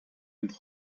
and